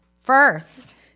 First